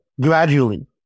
gradually